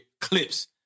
Clips